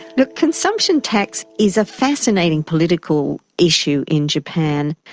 look, consumption tax is a fascinating political issue in japan.